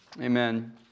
Amen